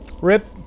Rip